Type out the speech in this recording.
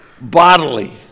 bodily